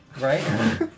Right